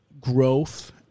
growth